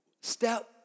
Step